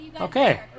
Okay